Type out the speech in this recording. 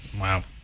Wow